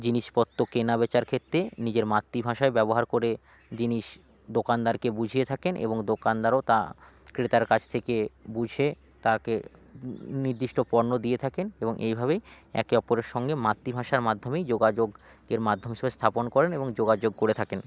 জিনিসপত্র কেনাবেচার ক্ষেত্রে নিজের মাতৃভাষাই ব্যবহার করে জিনিস দোকানদারকে বুঝিয়ে থাকেন এবং দোকানদারও তা ক্রেতার কাছ থেকে বুঝে তাকে নির্দিষ্ট পণ্য দিয়ে থাকেন এবং এইভাবেই একে অপরের সঙ্গে মাতৃভাষার মাধ্যমেই যোগাযোগ এর মাধ্যম হিসাবে স্থাপন করেন এবং যোগাযোগ করে থাকেন